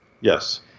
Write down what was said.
Yes